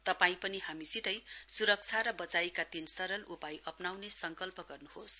तपाई पनि हामीसितै सुरक्षा र वचाइका तीन सरल उपाय अप्नाउने संकल्प गर्नुहोस